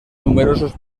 numerosos